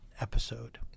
episode